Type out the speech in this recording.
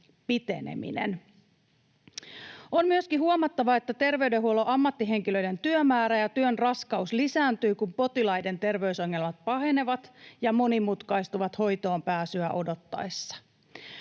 piteneminen. On myöskin huomattava, että terveydenhuollon ammattihenkilöiden työmäärä ja työn raskaus lisääntyy, kun potilaiden terveysongelmat pahenevat ja monimutkaistuvat hoitoonpääsyä odottaessa.